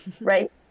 right